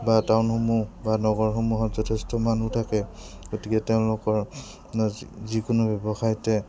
বা টাউনসমূহ বা নগৰসমূহত যথেষ্ট মানুহ থাকে গতিকে তেওঁলোকৰ যিকোনো ব্যৱসায়তে